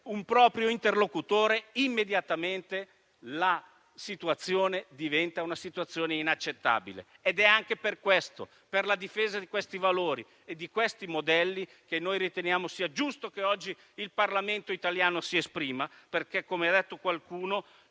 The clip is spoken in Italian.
un proprio interlocutore, immediatamente la situazione diventa inaccettabile. È anche per questo, per la difesa di questi valori e modelli, noi riteniamo sia giusto che oggi il Parlamento italiano si esprima, perché - come ha detto qualcuno